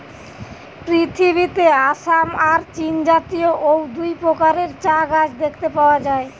পৃথিবীতে আসাম আর চীনজাতীয় অউ দুই প্রকারের চা গাছ দেখতে পাওয়া যায়